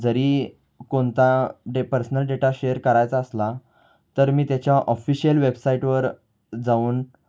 जरी कोणता डे पर्सनल डेटा शेअर करायचा असला तर मी त्याच्या ऑफिशियल वेबसाईटवर जाऊन